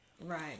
Right